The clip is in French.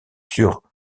sur